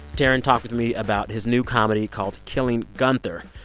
taran talked with me about his new comedy, called, killing gunther.